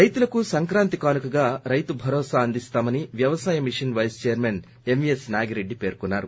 రైతులకు సంక్రాంతి కానుకగా రైతు భరోసా అందచేస్తామని వ్యవసాయ mission vice chairman MVS Nagireddy పేర్కున్నారు